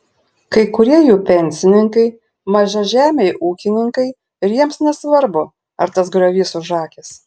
kai kurie jų pensininkai mažažemiai ūkininkai ir jiems nesvarbu ar tas griovys užakęs